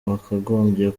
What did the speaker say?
wakagombye